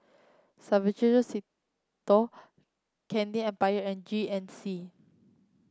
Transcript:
Suavecito Candy Empire and G N C